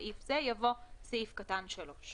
מסעיף זה" יבוא "סעיף קטן (3)".